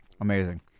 Amazing